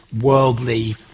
worldly